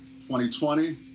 2020